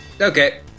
Okay